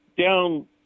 down